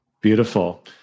Beautiful